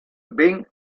ben